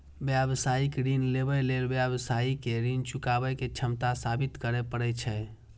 व्यावसायिक ऋण लेबय लेल व्यवसायी कें ऋण चुकाबै के क्षमता साबित करय पड़ै छै